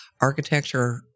architecture